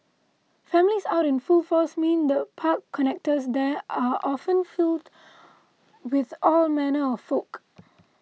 families out in full force mean the park connectors there are often filled with all manner of folk